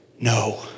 no